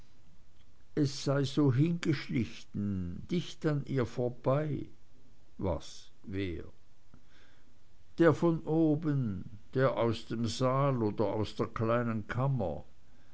es sei so hingeschlichen dicht an ihr vorbei was wer der von oben der aus dem saal oder aus der kleinen kammer